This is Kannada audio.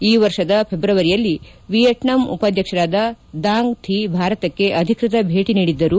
ಈ ವರ್ಷದ ಫೆಬ್ರವರಿಯಲ್ಲಿ ವಿಯೆಟ್ನಾಂ ಉಪಾಧ್ಯಕ್ಷರಾದ ದಾಂಗ್ ಥಿ ಭಾರತಕ್ಕೆ ಅಧಿಕೃತ ಭೇಟಿ ನೀಡಿದ್ದರು